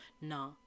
Nah